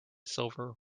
silver